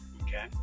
Okay